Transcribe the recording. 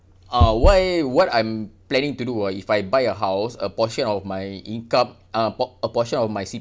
uh why what I'm planning to do ah if I buy a house a portion of my income uh por~ a portion of my C_P_F